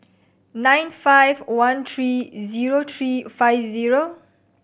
nine five one three zero three five zero